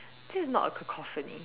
this is not a cacophony